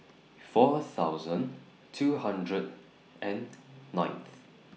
four thousand two hundred and ninth